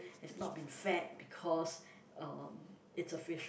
has not been fed because um it's a fish